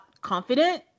confident